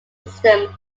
system